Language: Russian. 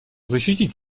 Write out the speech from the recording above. защитить